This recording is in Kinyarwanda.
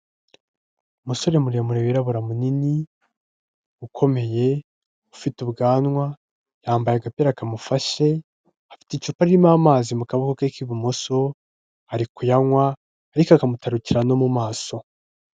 Umusore muremure wirabura munini, ukomeye, ufite ubwanwa, yambaye agapira kamufashe, afite icupa ririmo amazi mu kaboko ke k'ibumoso, ari kuyanywa ariko akamutarukira no mu maso.